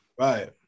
Right